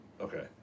Okay